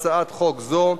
הצעת חוק הרשויות המקומיות (בחירות) (תיקון מס' 40),